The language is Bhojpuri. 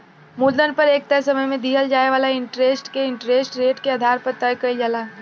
मूलधन पर एक तय समय में दिहल जाए वाला इंटरेस्ट के इंटरेस्ट रेट के आधार पर तय कईल जाला